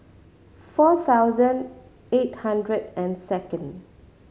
four thousand eight hundred and second